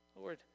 Lord